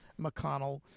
McConnell